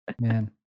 Man